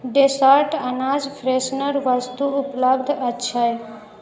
dessert अनाज freshener वस्तु उपलब्ध अछि